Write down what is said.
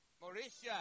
Mauritius